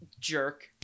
jerk